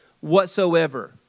whatsoever